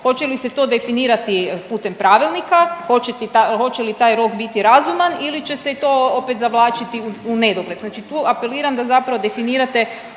hoće li se to definirati putem pravnika, hoće li taj rok biti razuman ili će se i to opet zavlačiti u nedogled? Znači tu apeliram da zapravo definirate